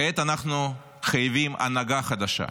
כעת אנחנו חייבים הנהגה חדשה,